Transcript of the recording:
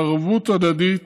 ערבות הדדית